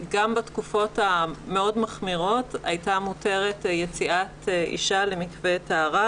גם בתקופות המאוד מחמירות הייתה מותרת יציאת אישה למקווה טהרה,